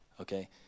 Okay